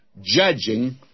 judging